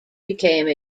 became